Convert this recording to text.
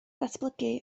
datblygu